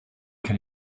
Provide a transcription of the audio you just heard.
can